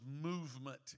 movement